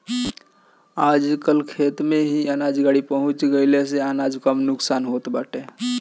आजकल खेते में ही अनाज गाड़ी पहुँच जईले से अनाज कम नुकसान होत बाटे